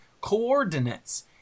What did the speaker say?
coordinates